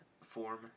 form